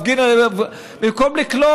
במקום לקלוט.